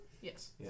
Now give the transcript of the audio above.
Yes